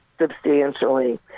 substantially